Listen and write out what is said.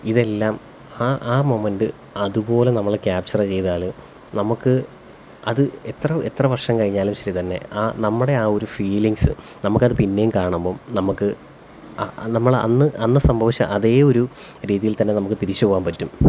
ഇതെല്ലാം ആ ആ മൊമെന്റ് അതുപോലെ നമ്മള് ക്യാപ്ച്ചറ് ചെയ്താല് നമുക്ക് അത് എത്ര എത്രവര്ഷം കഴിഞ്ഞാലും ശരി തന്നെ ആ നമ്മുടെ ആ ഒരു ഫീലിങ്ങ്സ് നമുക്കത് പിന്നേയും കാണുമ്പം നമുക്ക് നമ്മള് അന്ന് അന്ന് സന്തോഷിച്ച അതേ ഒരു രീതിയിൽ തന്നെ നമുക്ക് തിരിച്ചുപോകാന് പറ്റും